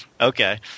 Okay